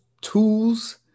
tools